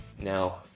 Now